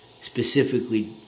specifically